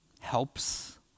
helps